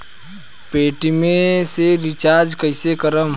Paytm से recharge कईसे करम?